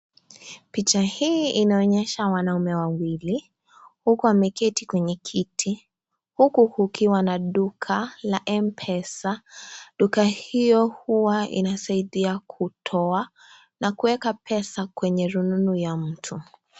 Picha hii inaonyesha wanaume wawili, huku wameketi kwenye kiti, huku kukiwa na duka la m-pesa. Duka hiyo huwa inasaidia kutoa na kueka pesa kwenye rununu ya mtu.